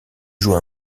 joue